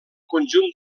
conjunt